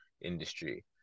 industry